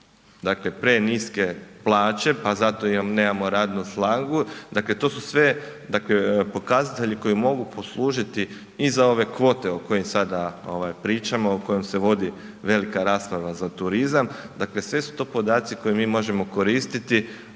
dakle preniske plaće pa zato nemamo radnu snagu, dakle to su sve dakle pokazatelji koji mogu poslužiti i za ove kvote o kojim sada pričamo, o kojim se vodi velika rasprava za turizam. Dakle, sve su to podaci koje mi možemo koristiti